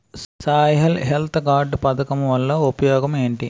Soil health card పథకం వల్ల ఉపయోగం ఏంటి?